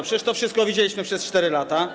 Przecież to wszystko widzieliśmy przez 4 lata.